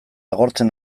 agortzen